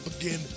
again